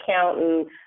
accountant